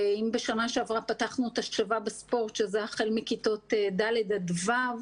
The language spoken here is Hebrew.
אם בשנה שעברה פתחנו את "השווה בספורט" החל מכיתות ד' עד ו',